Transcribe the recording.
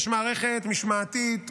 יש מערכת משמעתית פלילית,